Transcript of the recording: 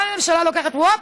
באה הממשלה, לוקחת, אופס,